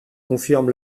confirme